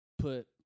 put